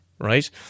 right